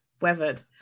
weathered